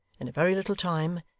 in a very little time,